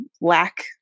lack